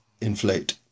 inflate